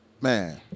man